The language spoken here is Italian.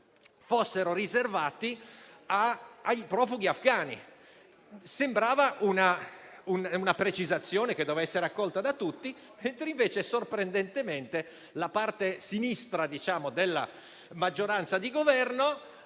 fossero riservati ai profughi afgani; sembrava una precisazione che dovesse essere accolta da tutti, mentre, sorprendentemente, la parte sinistra della maggioranza di Governo